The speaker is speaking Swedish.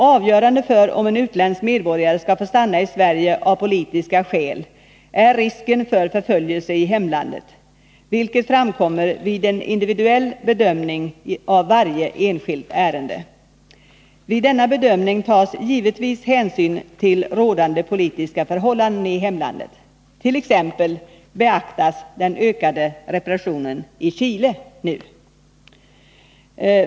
Avgörande för om en utländsk medborgare skall få stanna i Sverige av politiska skäl är risken för förföljelse i hemlandet, vilket framkommer vid en individuell bedömning av varje enskilt ärende. Vid denna bedömning tas givetvis hänsyn till rådande politiska förhållanden i hemlandet. T. ex. beaktas den ökade repressionen i Chile.